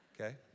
okay